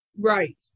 Right